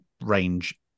range